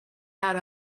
out